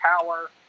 power